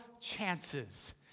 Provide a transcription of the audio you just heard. chances